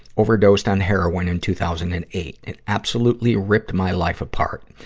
overdosed on heroine in two thousand and eight. it absolutely ripped my life apart.